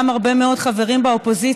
גם הרבה מאוד חברים באופוזיציה,